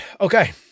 Okay